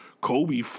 Kobe